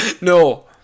No